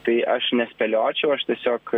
tai aš nespėliočiau aš tiesiog